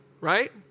right